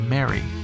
Mary